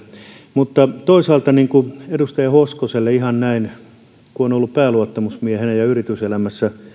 mutta toisaalta edustaja hoskoselle ihan näin kun on ollut pääluottamusmiehenä ja kun yrityselämässä